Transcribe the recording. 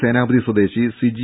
സേനാപതി സ്വദേശി സിജി